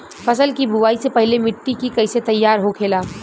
फसल की बुवाई से पहले मिट्टी की कैसे तैयार होखेला?